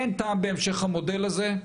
אין טעם בהמשך המודל הזה.